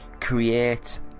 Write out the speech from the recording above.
create